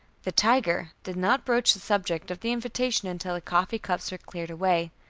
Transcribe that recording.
the tiger did not broach the subject of the invitation until the coffee cups were cleared away.